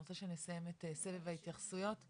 אני רוצה שנסיים את סבב ההתייחסויות.